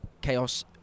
chaos